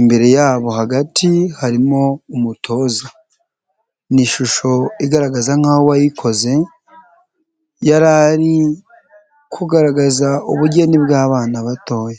,imbere yabo hagati harimo umutoza ,ni ishusho igaragaza nk'aho uwayikoze yarari kugaragaza ubugeni bw'abana batoya.